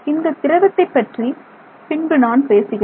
இந்த திரவத்தை பற்றி பின்பு நான் பேசுகிறேன்